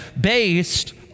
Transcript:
based